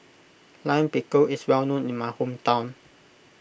Lime Pickle is well known in my hometown